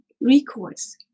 recourse